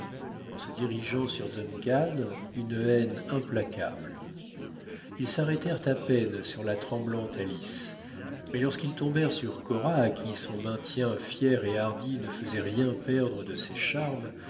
en se dirigeant sur duncan une haine implacable ils s'arrêtèrent à peine sur la tremblante alice mais lorsqu'ils tombèrent sur cora à qui son maintien fier et hardi ne faisait rien perdre de ses charmes